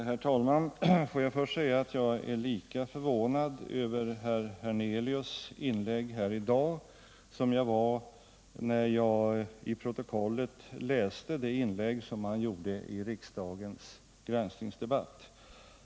Herr talman! Får jag först säga att jag är lika förvånad över herr Hernelius inlägg här i dag som jag blev när jag i protokollet läste det inlägg som han gjorde i riksdagens granskningsdebatt.